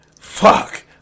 fuck